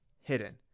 hidden